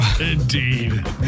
Indeed